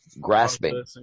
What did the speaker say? grasping